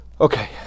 Okay